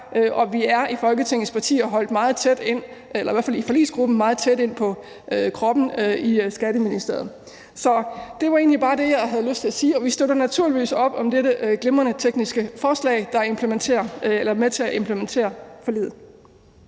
fald os i forligsgruppen, har været meget tæt på processen i Skatteministeriet. Så det var egentlig bare det, jeg havde lyst til at sige, og vi støtter naturligvis op om dette glimrende tekniske lovforslag, der er med til at implementere forliget.